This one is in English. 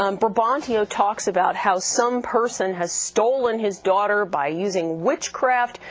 um brabantio talks about how some person has stolen his daughter by using witchcraft,